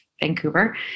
Vancouver